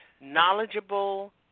knowledgeable